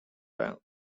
bank